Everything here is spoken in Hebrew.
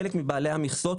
חלק מבעלי המכסות,